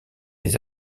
des